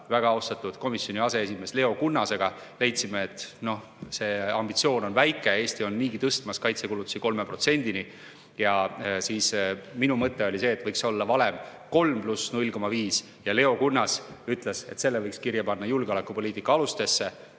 väga austatud komisjoni aseesimehe Leo Kunnasega ja leidsime, et see ambitsioon on väike. Eesti on niigi tõstmas kaitsekulutusi 3%‑ni. Minu mõte oli see, et võiks olla valem 3 + 0,5, ja Leo Kunnas ütles, et selle võiks kirja panna julgeolekupoliitika alustesse.